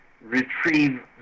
retrieve